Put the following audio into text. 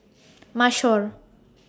Mashor